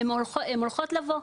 הן הולכות לבוא.